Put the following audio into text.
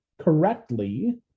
correctly